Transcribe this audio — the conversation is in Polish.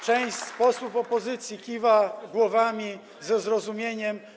Część z posłów opozycji kiwa głowami ze zrozumieniem.